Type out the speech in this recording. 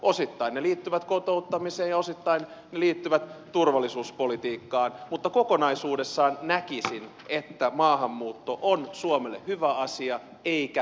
osittain ne liittyvät kotouttamiseen ja osittain ne liittyvät turvallisuuspolitiikkaan mutta kokonaisuudessaan näkisin että maahanmuutto on suomelle hyvä asia eikä turvallisuusriski